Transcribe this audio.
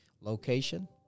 location